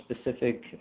specific